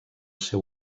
seu